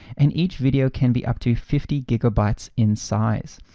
and each video can be up to fifty gigabytes in size.